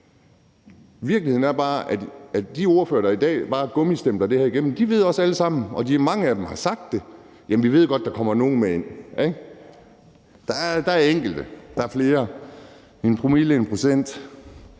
Virkeligheden er bare, at de ordførere, der i dag bare gummistempler det her igennem, alle sammen ved – og mange af dem har sagt det – at der kommer nogle med ind. Der er enkelte, der er flere; det er en promille eller en procent.